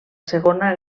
segona